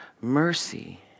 mercy